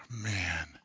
Man